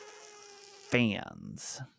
fans